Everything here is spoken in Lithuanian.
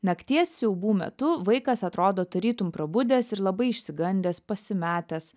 nakties siaubų metu vaikas atrodo tarytum prabudęs ir labai išsigandęs pasimetęs